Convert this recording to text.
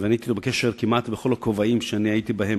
ואני הייתי אתו בקשר כמעט בכל הכובעים שהייתי בהם,